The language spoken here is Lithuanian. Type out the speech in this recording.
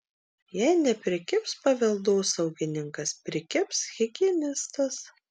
jei neprikibs paveldosaugininkas prikibs higienistas